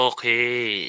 Okay